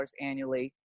annually